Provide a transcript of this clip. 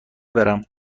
برم